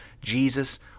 Jesus